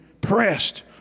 pressed